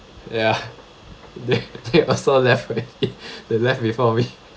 ya they they also left already they left before me